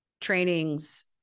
trainings